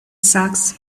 sax